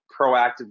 proactively